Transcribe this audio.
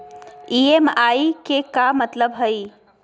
EMI के का मतलब हई?